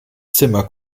zimmer